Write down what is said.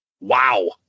Wow